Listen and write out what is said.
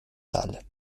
sale